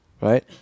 right